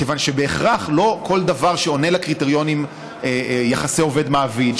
כיוון שלא בהכרח כל דבר שעונה לקריטריונים של יחסי עובד מעביד,